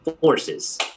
forces